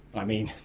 i mean,